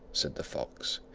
said the fox,